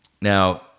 Now